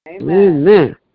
Amen